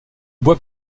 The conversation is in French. bois